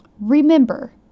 Remember